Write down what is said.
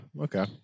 okay